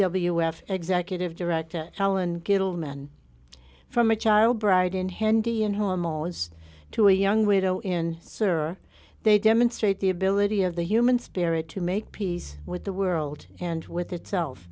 w f executive director helen good old man from a child bride in handy and homilies to a young widow in server they demonstrate the ability of the human spirit to make peace with the world and with itself